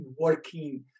working